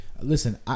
Listen